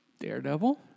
Daredevil